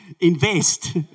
invest